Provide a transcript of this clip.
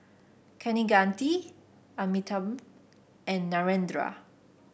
Kaneganti Amitabh and Narendra